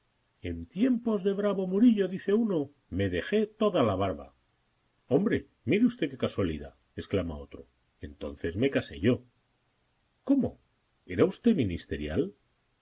en tiempos de bravo murillo dice uno me dejé toda la barba hombre mire usted qué casualidad exclama otro entonces me casé yo cómo era usted ministerial